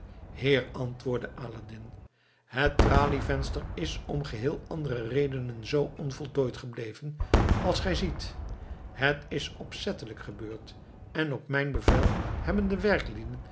heer antwoordde aladdin het tralievenster is om geheel andere reden zoo onvoltooid gebleven als gij ziet het is opzettelijk gebeurd en op mijn bevel hebben de